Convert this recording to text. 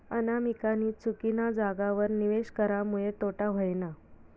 अनामिकानी चुकीना जागावर निवेश करामुये तोटा व्हयना